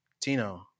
Tino